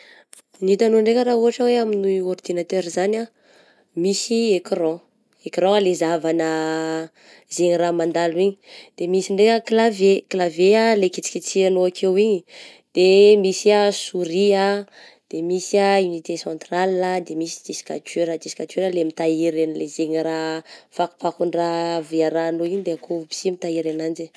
Ny itanao ndraika raha ohatra hoe amin'ny ordinateur zany ah, misy ecran, ecran le zahavagna zegny raha mandalo igny, de misy ndray ah clavier, clavier ah le kitikitianao akeo igny, de misy ah souris ah, de misy ah unité centrale ah, de misy disque dur, disque dur le mitahiry anle zegny raha ,fakofakon-draha, vy a rahanao igny de akao aby sy mitahiry ananjy.